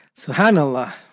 Subhanallah